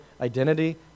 identity